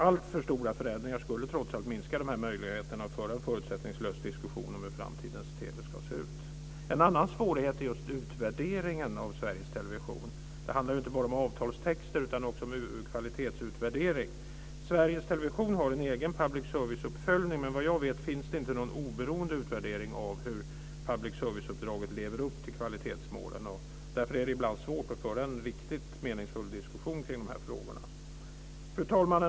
Alltför stora förändringar skulle minska möjligheterna att föra en förutsättningslös diskussion om hur framtidens TV ska se ut. En annan svårighet är utvärderingen av Sveriges Television. Det handlar inte bara om avtalstexter utan också om kvalitetsutvärdering. Sveriges Television har en egen public service-uppföljning. Vad jag vet finns inte någon oberoende utvärdering av hur public service-uppdraget lever upp till kvalitetsmålen. Därför är det ibland svårt att föra en riktigt meningsfull diskussion kring frågorna. Fru talman!